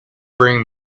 bring